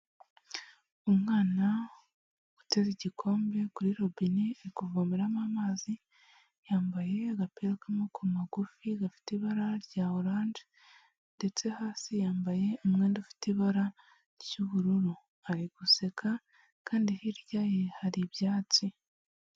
Umwana uteza igikombe kuri robine ari kuvomeramo amazi, yambaye agapira k'amaboko magufi gafite ibara rya oranje ndetse hasi yambaye umwenda ufite ibara ry'ubururu, ari guseka kandi hirya ye hari ibyatsi.